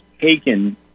taken